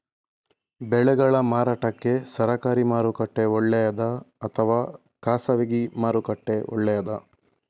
ಬೆಳೆಗಳ ಮಾರಾಟಕ್ಕೆ ಸರಕಾರಿ ಮಾರುಕಟ್ಟೆ ಒಳ್ಳೆಯದಾ ಅಥವಾ ಖಾಸಗಿ ಮಾರುಕಟ್ಟೆ ಒಳ್ಳೆಯದಾ